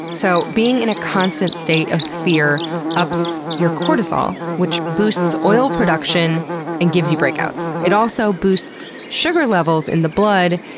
so being in a constant state of fear ups your cortisol, which boosts oil production and gives you breakouts. it also boosts sugar levels in the blood,